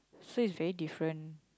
so is very different